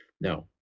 no